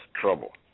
trouble